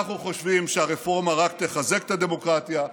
אנחנו חושבים שהרפורמה רק תחזק את הדמוקרטיה,